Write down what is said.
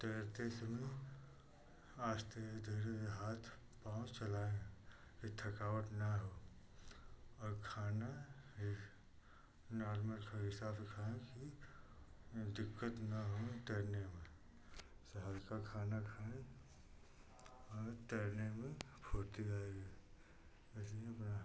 तैरते समय आहिस्ते धीरे धीरे हाथ पाँव चलाएँ कि थकावट न हो और खाना एह नॉर्मल कैसा भी खाएँ कि दिक्कत न हो तैरने में से हल्का खाना खाएँ और तैरने में फुर्ती आएगी